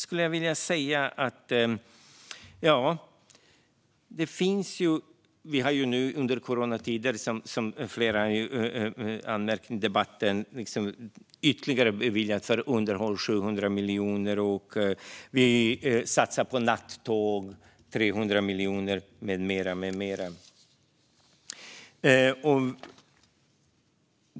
Nu under coronatider har vi, som flera har kommenterat i debatten, beviljat ytterligare 700 miljoner för underhåll. Vi satsar 300 miljoner på natttåg med mera.